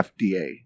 FDA